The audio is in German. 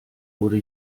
wurde